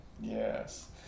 Yes